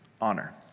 honor